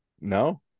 No